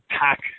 pack